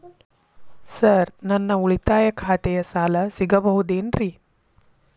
Sir ನನ್ನ ಉಳಿತಾಯ ಖಾತೆಯ ಸಾಲ ಸಿಗಬಹುದೇನ್ರಿ?